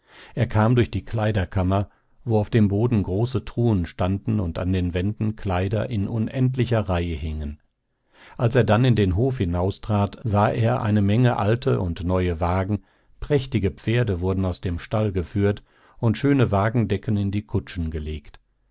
er kam durch die kleiderkammer wo auf dem boden große truhen standen und an den wänden kleider in unendlicher reihe hingen als er dann in den hof hinaustrat sah er eine menge alte und neue wagen prächtige pferde wurden aus dem stall geführt und schöne wagendecken in die kutschen gelegt